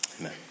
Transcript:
amen